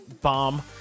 bomb